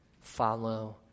follow